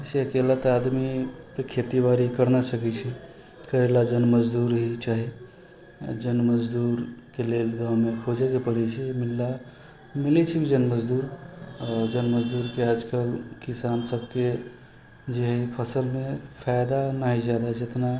जइसे अकेले तऽ आदमी खेती बाड़ी करि नहि सकै छै करैलए जन मजदूर ई चाही आओर जन मजदूरके लेल गाँवमे खोजैलए पड़ै छै मिलला मिलै छै जन मजदूर आओर जन मजदूरके आजकल किसानसबके जे हइ फसलमे फाइदा नहि हइ ज्यादा जतना